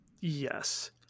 Yes